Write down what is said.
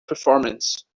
performance